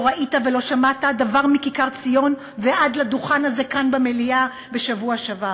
לא ראית ולא שמעת דבר מכיכר-ציון ועד לדוכן הזה כאן במליאה בשבוע שעבר,